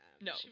No